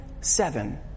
seven